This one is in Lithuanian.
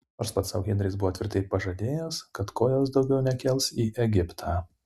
nors pats sau henris buvo tvirtai pažadėjęs kad kojos daugiau nekels į egiptą